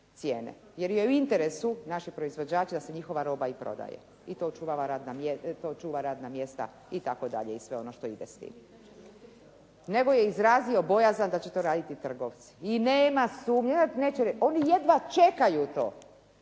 cijene. Jer je u interesu naših proizvođača i prodaje. I to čuva radna mjesta itd. i sve ono što ide s tim. Nego je izrazio bojazan da će to raditi i trgovci. I nema sumnje, oni jedva čekaju to.